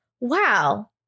wow